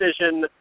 decision